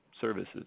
services